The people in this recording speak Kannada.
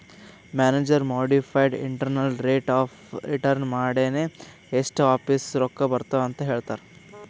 manager modified internal rate of return ಮಾಡಿನೆ ಎಸ್ಟ್ ವಾಪಿಸ್ ರೊಕ್ಕಾ ಬರ್ತಾವ್ ಅಂತ್ ಹೇಳ್ತಾರ್